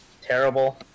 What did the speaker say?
terrible